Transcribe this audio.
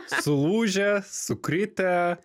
sulūžę sukritę